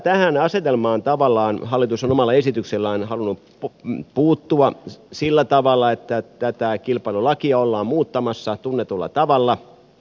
tähän asetelmaan hallitus on omalla esityksellään halunnut puuttua sillä tavalla että tätä kilpailulakia ollaan muuttamassa tunnetulla tavalla